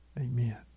Amen